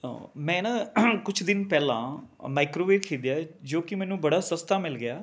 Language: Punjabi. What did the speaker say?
ਹਾਂ ਮੈਂ ਨਾ ਕੁਛ ਦਿਨ ਪਹਿਲਾਂ ਅ ਮਾਈਕਰੋਵੇਵ ਖਰੀਦਿਆ ਜੋ ਕਿ ਮੈਨੂੰ ਬੜਾ ਸਸਤਾ ਮਿਲ ਗਿਆ